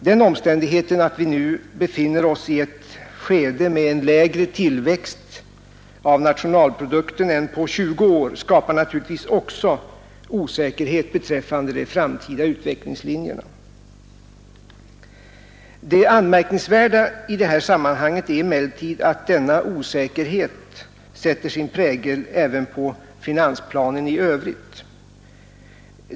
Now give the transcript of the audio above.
Den omständigheten att vi nu befinner oss i ett skede med lägre tillväxt av nationalprodukten än på 20 år skapar naturligtvis också osäkerhet beträffande de framtida utvecklingslinjerna. Det verkligt anmärkningsvärda i det här sammanhanget är emellertid att denna osäkerhet sätter sin prägel även på finansplanen i övrigt.